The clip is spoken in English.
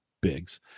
Biggs